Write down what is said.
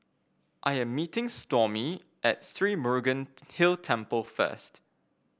I'm meeting Stormy at Sri Murugan Hill Temple first